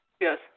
Yes